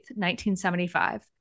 1975